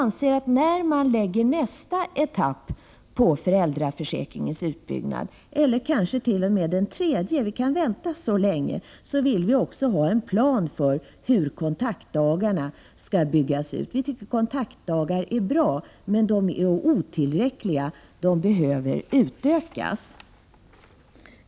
När man lägger nästa etapp på föräldraförsäkringens utbyggnad eller kanske t.o.m. den tredje — vi kan vänta så länge — vill vi ha en plan för hur kontaktdagarna skall byggas ut. Vi tycker att kontaktdagar är bra, men de är otillräckliga. De behöver utökas.